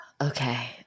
Okay